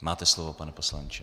Máte slovo, pane poslanče.